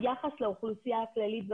ביחס לאוכלוסייה הכללית.